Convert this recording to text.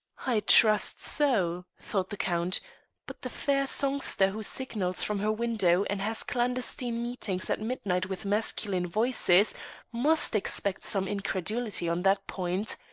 i trust so, thought the count but the fair songster who signals from her window and has clandestine meetings at midnight with masculine voices must expect some incredulity on that point.